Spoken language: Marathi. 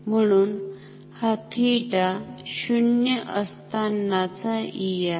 म्हणून हा थिटा 0 असताना चा E आहे